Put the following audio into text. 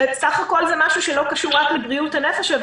בסך הכול זה דבר שלא קשור רק לבריאות הנפש.